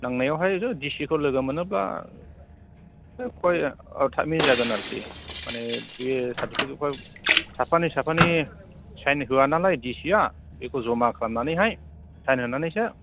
नांनायावहाय DC खौ लोगो मोनोब्ला थाबैनो जागोन आरखि मानि बे सार्टिफिकेट खौहाय साफानि साफानि साइन होआ नालाय डिसिआ बेखौ जमा खालामनानैहाय साइन होनानैसो